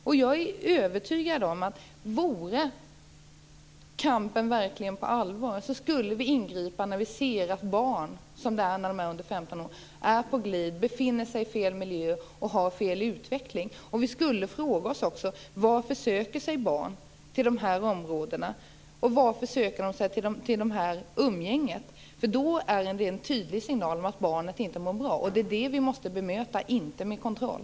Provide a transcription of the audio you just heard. Om kampen hade varit på allvar är jag övertygad om att vi hade ingripit när vi hade sett barn - vilket det gäller när det rör personer under 15 år - som var på glid, befann sig i fel miljö och utvecklades fel. Vi skulle också fråga oss varför barn söker sig till dessa områden och varför de söker sig till detta umgänge. Det är en tydlig signal om att barnet inte mår bra. Det är det vi måste bemöta, och det gör vi inte med kontroll.